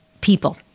people